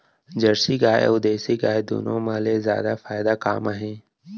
Jersey गाय अऊ देसी गाय दूनो मा ले जादा फायदा का मा हे?